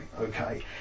okay